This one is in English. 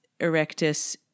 erectus